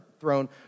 throne